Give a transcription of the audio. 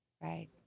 right